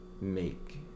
make